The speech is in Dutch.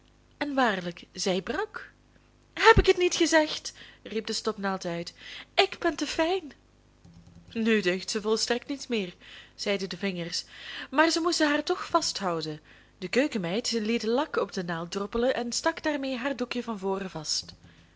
en waarlijk zij brak heb ik het niet gezegd riep de stopnaald uit ik ben te fijn nu deugt zij volstrekt niet meer zeiden de vingers maar zij moesten haar toch vasthouden de keukenmeid liet lak op de naald droppelen en stak daarmee haar doekje van voren vast